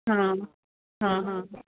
ਹਾਂ ਹਾਂ ਹਾਂ